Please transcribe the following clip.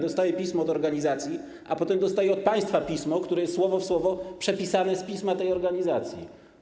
Dostaję pismo od organizacji, a potem dostaję od państwa pismo, które jest słowo w słowo przepisane z pisma tej organizacji.